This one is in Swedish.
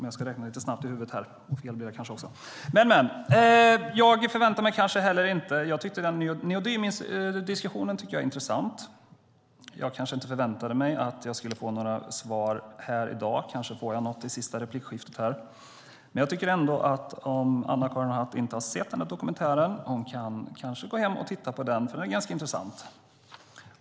Jag tycker att neodymdiskussionen är intressant. Jag förväntade mig inte att jag skulle få några svar här i dag, men kanske får jag något i Anna-Karin Hatts sista inlägg. Om Anna-Karin Hatt inte har sett dokumentären kan hon gå hem och titta på den, för den är intressant.